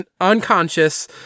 unconscious